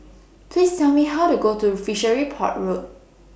Please Tell Me How to Go to Fishery Port Road